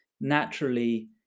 naturally